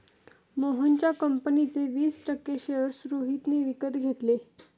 मोहनच्या कंपनीचे वीस टक्के शेअर्स रोहितने विकत घेतले